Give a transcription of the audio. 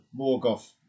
Morgoth